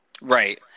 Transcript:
Right